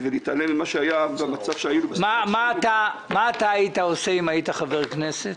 ולהתעלם ממה שהיה במצב שהיינו --- מה היית עושה אם היית חבר כנסת?